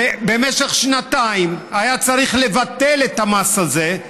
ובמשך שנתיים היה צריך לבטל את המס הזה,